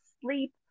sleep